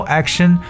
action